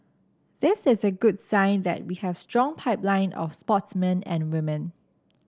this is a good sign that we have a strong pipeline of sportsmen and women